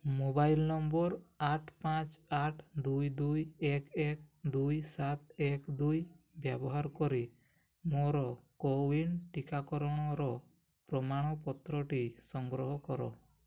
mobile number ଆଠ ପାଞ୍ଚ ଆଠ ଦୁଇ ଦୁଇ ଏକ ଏକ ଦୁଇ ସାତ ଏକ ଦୁଇ ବ୍ୟବହାର କରି ମୋର କୋୱିନ୍ ଟିକାକରଣର ପ୍ରମାଣପତ୍ରଟି ସଂଗ୍ରହ କର